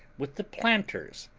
with the planters,